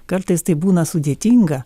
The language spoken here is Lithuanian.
kartais tai būna sudėtinga